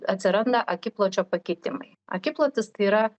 atsiranda akipločio pakitimai akiplotis tai yra